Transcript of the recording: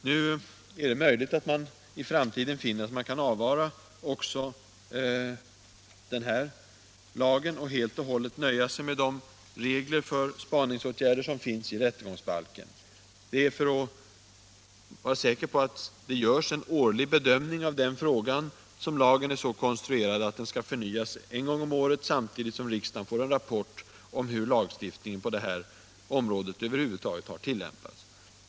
Det är möjligt att man i framtiden finner att man kan avvara också den här lagen och nöja sig med de regler för spaningsåtgärder som finns i rättegångsbalken. Det är för att säkerställa att det görs en årlig omprövning av den frågan som lagen är så konstruerad att den skall förnyas en gång om året, samtidigt som riksdagen får en rapport om hur lagstiftningen har tillämpats.